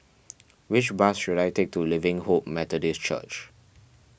which bus should I take to Living Hope Methodist Church